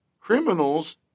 Criminals